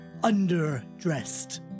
underdressed